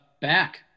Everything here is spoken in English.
back